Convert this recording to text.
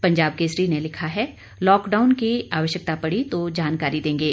पंजाब केसरी ने लिखा है लॉकडाउन की आवश्यकता पड़ी तो जानकारी देंगे